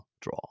draw